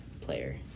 player